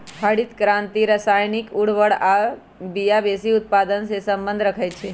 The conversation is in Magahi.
हरित क्रांति रसायनिक उर्वर आ बिया वेशी उत्पादन से सम्बन्ध रखै छै